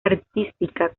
artística